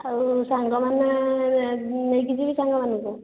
ଆଉ ସାଙ୍ଗମାନେ ନେଇକି ଯିବି ସାଙ୍ଗମାନଙ୍କୁ